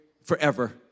forever